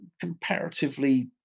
comparatively